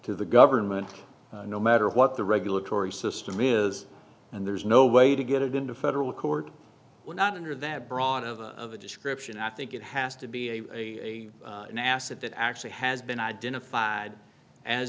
to the government no matter what the regulatory system is and there's no way to get it into federal court we're not under that broad of a description i think it has to be a nasa that actually has been identified as